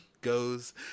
goes